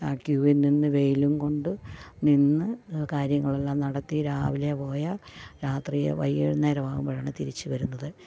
ആ ക്യൂവിൽ നിന്ന് വെയിലും കൊണ്ട് നിന്ന് കാര്യങ്ങളെല്ലാം നടത്തി രാവിലെ പോയാൽ രാത്രിയോ വൈകുന്നേരം ആകുമ്പോഴാണ് തിരിച്ച് വരുന്നത്